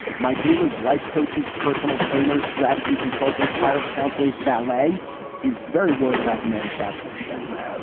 my duel is life coaches, personal trainers, strategy consultant, college counselors. valet is very worried about the manufacturing sector.